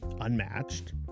unmatched